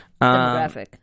demographic